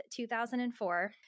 2004